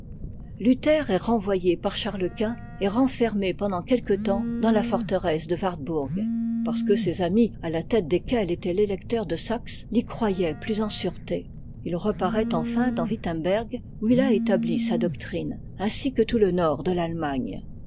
luther est renvoyé par charles-quint et renfermé pendant quelque temps dans la forteresse de wartbourg parce que ses amis à la tête desquels était t'étecteur de saxe l'y croyaient plus en sûreté il reparaît enfin dans wittemberg où il a établi sa doctrine ainsi que dans tout le nord de l'allemagne